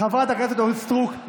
חברת הכנסת סטרוק,